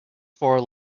for